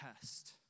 Test